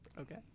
Okay